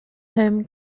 home